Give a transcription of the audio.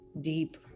deep